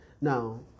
Now